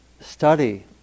study